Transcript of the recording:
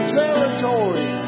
territory